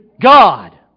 God